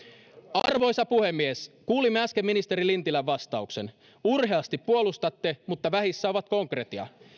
arvoisa puhemies kuulimme äsken ministeri lintilän vastauksen urheasti puolustatte mutta vähissä on konkretia